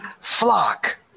flock